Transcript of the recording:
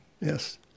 Yes